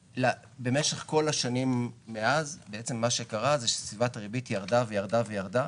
במשך כל השנים מאז בעצם מה שקרה זה שסביבת הריבית ירדה וירדה וירדה